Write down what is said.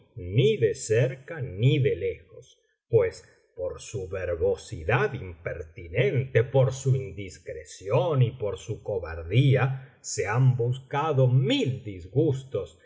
ni de cerca ni de lejos pues por su verbosidad impertinente por su indiscreción y por su cobardía se han buscado mil disgustos